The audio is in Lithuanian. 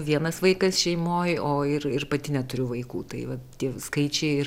vienas vaikas šeimoj o ir ir pati neturiu vaikų tai va tie skaičiai ir